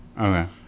Okay